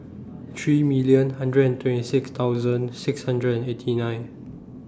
three million hundred and twenty six thousand six hundred and eighty nine